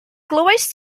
glywaist